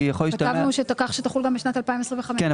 כתבנו כך שתחול גם בשנת 2025. כן.